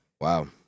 Wow